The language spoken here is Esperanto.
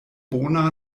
bona